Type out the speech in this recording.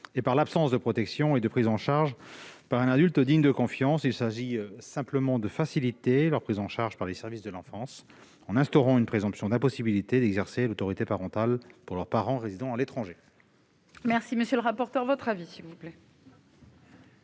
et par l'absence de protection et de prise en charge par un adulte digne de confiance. Il s'agit de faciliter cette prise en charge par les services de l'enfance en instaurant une présomption d'impossibilité d'exercer l'autorité parentale pour leurs parents résidant à l'étranger. Quel est l'avis de la commission ? Cet